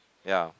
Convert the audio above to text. ya